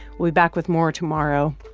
we'll be back with more tomorrow.